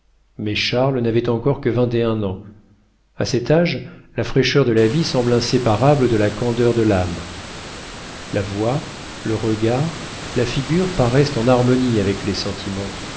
mais charles n'avait alors que vingt et un ans a cet âge la fraîcheur de la vie semble inséparable de la candeur de l'âme la voix le regard la figure paraissent en harmonie avec les sentiments